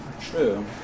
True